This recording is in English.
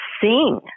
sing